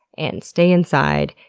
and stay inside,